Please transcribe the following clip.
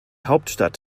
hauptstadt